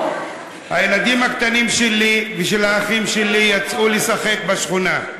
הילדים הקטנים שלי ושל האחים שלי יצאו לשחק בשכונה.